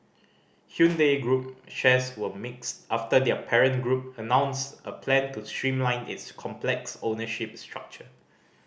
Hyundai group shares were mixed after their parent group announced a plan to streamline its complex ownership structure